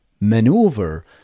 maneuver